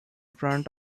front